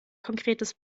konkretes